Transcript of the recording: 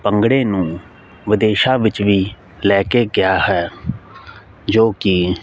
ਭੰਗੜੇ ਨੂੰ ਵਿਦੇਸ਼ਾਂ ਵਿੱਚ ਵੀ ਲੈ ਕੇ ਗਿਆ ਹੈ ਜੋ ਕਿ